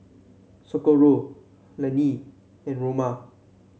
Socorro Lannie and Roma